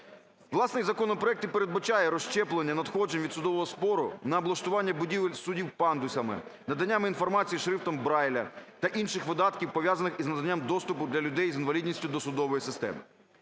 Власне, законопроект і передбачає розщеплення надходжень від судового збору на облаштування будівель судів пандусами, наданням інформації шрифтом Брайля та інших видатків, пов'язаних із наданням доступу для людей з інвалідністю до судової системи.